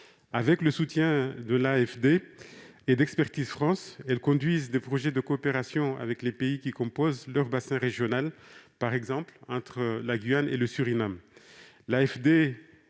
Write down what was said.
Avec le soutien de l'AFD et d'Expertise France, elles conduisent des projets de coopération avec les pays qui composent leur bassin régional, par exemple entre la Guyane et le Suriname.